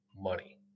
money